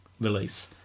release